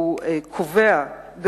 הוא גם קובע,